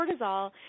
cortisol